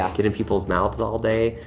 um get in people's mouths all day.